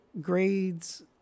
grades